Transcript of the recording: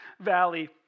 valley